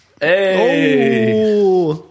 Hey